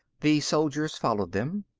the soldiers followed them.